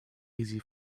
easy